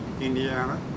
Indiana